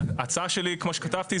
ההצעה שלי היא כמו שכתבתי,